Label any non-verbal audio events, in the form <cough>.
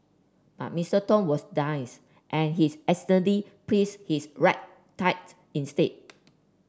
but Mister Tong was <unintelligible> and he is accidentally praise his right tight instead